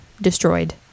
destroyed